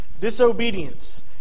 disobedience